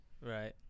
Right